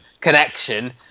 connection